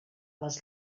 les